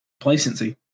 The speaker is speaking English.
Placency